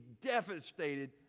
devastated